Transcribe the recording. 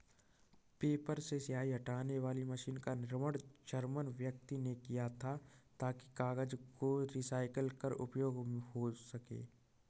paper से स्याही हटाने वाली मशीन का निर्माण जर्मन व्यक्ति ने किया था ताकि कागज को रिसाईकल कर उपयोग हो सकें